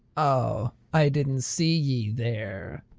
oh, i didn't see ye there.